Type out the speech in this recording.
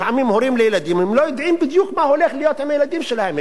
לפעמים הורים לילדים לא יודעים בדיוק מה הולך להיות עם הילדים שלהם,